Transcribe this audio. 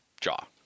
jaw